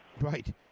Right